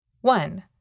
One